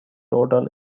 hotel